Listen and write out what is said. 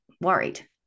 worried